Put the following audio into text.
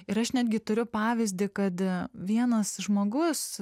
ir aš netgi turiu pavyzdį kad vienas žmogus